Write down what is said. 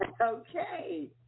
Okay